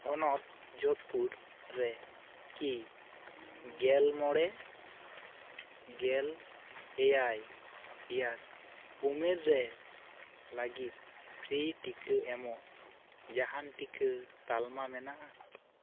ᱦᱚᱱᱚᱛ ᱡᱟᱹᱛᱯᱩᱨ ᱨᱮ ᱠᱤ ᱜᱮᱞ ᱢᱚᱬᱮ ᱜᱮᱞ ᱮᱭᱟᱭ ᱮᱭᱟᱨ ᱩᱢᱮᱨ ᱨᱮ ᱞᱟᱹᱜᱤᱫ ᱯᱷᱨᱤ ᱴᱤᱠᱟ ᱮᱢᱚᱜ ᱡᱟᱦᱟᱱ ᱴᱤᱠᱟ ᱛᱟᱞᱢᱟ ᱢᱮᱱᱟᱜᱼᱟ